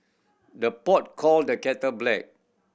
the pot call the kettle black